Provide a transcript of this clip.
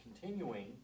continuing